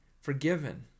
forgiven